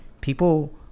People